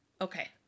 Okay